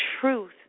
truth